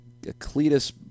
Cletus